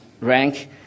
rank